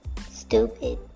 Stupid